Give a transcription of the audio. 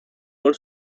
por